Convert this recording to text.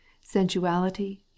Sensuality